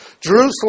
Jerusalem